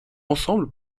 ensemble